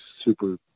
super –